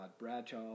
Bradshaw